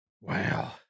Wow